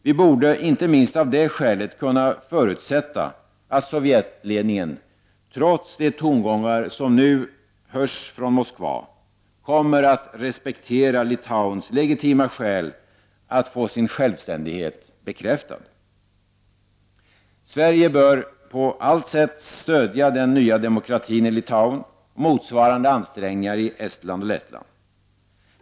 Vi borde inte minst av det skälet kunna förutsätta att sovjetledningen, trots de tongångar som nu hörs från Moskva, kommer att respektera Litauens legitima skäl att få sin självständighet bekräftad. Sverige bör på allt sätt stödja den nya demokratin i Litauen och motsvarande ansträngningar i Estland och Lettland.